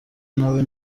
nawe